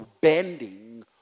bending